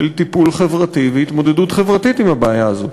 טיפול חברתי והתמודדות חברתית עם הבעיה הזאת.